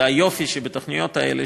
זה היופי שבתוכניות האלה,